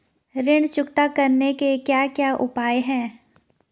ऋण चुकता करने के क्या क्या उपाय हैं?